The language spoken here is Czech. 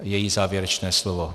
Její závěrečné slovo.